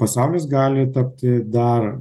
pasaulis gali tapti dar